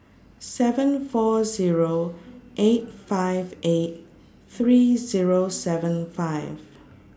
seven four Zero eight five eight three Zero seven five